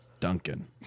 Duncan